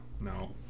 no